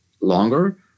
longer